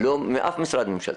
מאף משרד ממשלתי.